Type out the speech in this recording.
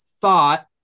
thought